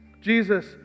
Jesus